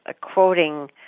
quoting